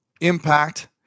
impact